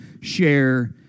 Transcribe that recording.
share